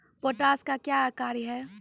Potash का क्या कार्य हैं?